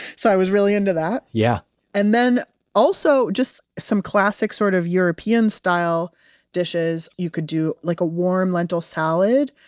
so i was really into that yeah and then also, just some classic sort of european style dishes. you could do like a warm lentil salad,